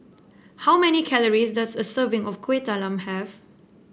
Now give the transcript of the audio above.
how many calories does a serving of Kuih Talam have